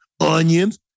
onions